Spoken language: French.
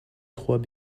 trois